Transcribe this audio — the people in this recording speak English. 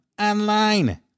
online